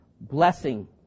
blessing